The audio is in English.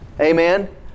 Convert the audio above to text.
Amen